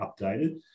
updated